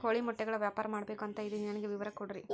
ಕೋಳಿ ಮೊಟ್ಟೆಗಳ ವ್ಯಾಪಾರ ಮಾಡ್ಬೇಕು ಅಂತ ಇದಿನಿ ನನಗೆ ವಿವರ ಕೊಡ್ರಿ?